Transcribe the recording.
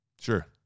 Sure